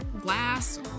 glass